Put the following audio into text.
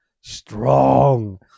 strong